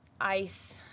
ice